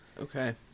Okay